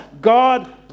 God